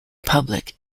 public